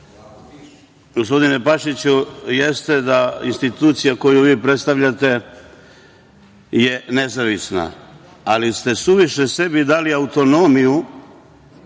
Gospodine Pašaliću, jeste da je institucija koju vi predstavljate nezavisna, ali ste suviše sebi dali autonomiju